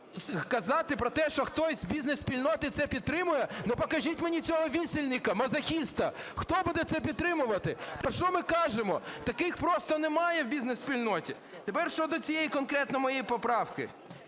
І казати про те, що хтось з бізнес-спільноти це підтримує, ну, покажіть мені цього вісельника-мазохіста, хто буде це підтримувати? Про що ми кажемо? Таких просто немає в бізнес-спільноті. Тепер щодо цієї моєї конкретної поправки.